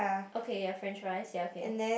okay ya French fries ya okay